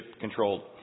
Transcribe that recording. controlled